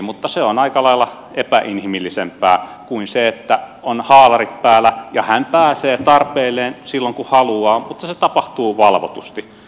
mutta se on aika lailla epäinhimillisempää kuin se että on haalarit päällä ja hän pääsee tarpeilleen silloin kun haluaa mutta se tapahtuu valvotusti